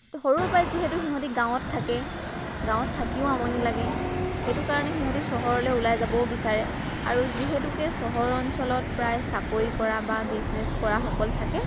সৰুৰ পৰাই যিহেতু সিহঁতি গাঁৱত থাকে গাঁৱত থাকিও আমনি লাগে সেইটো কাৰণে সিহঁতি চহৰলৈ ওলাই যাবও বিচাৰে আৰু যিহেতুকে চহৰ অঞ্চলত প্ৰায়ে চাকৰি কৰা বা বিজনেছ কৰাসকল থাকে